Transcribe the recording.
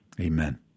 Amen